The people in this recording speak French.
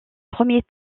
premiers